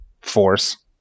force